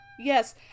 yes